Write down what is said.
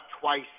twice